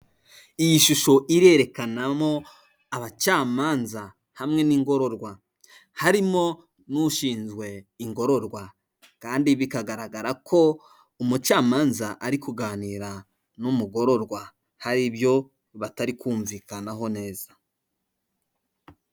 Iyi shusho irerekanamo abacamanza hamwe n'ingororwa, harimo n'ushinzwe ingororwa, kandi bikagaragara ko umucamanza ari kuganira n'umugororwa hari ibyo batari kumvikanaho neza.